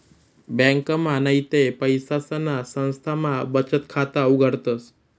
ब्यांकमा नैते पैसासना संस्थामा बचत खाता उघाडतस